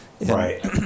Right